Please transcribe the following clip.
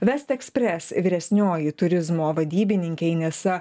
vest ekspres vyresnioji turizmo vadybininkė inesa